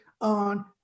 on